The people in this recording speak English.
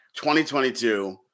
2022